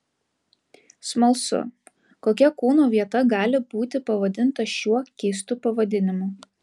smalsu kokia kūno vieta gali būti pavadinta šiuo keistu pavadinimu